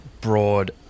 broad